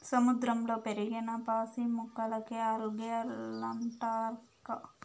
సముద్రంలో పెరిగిన పాసి మొక్కలకే ఆల్గే లంటారక్కా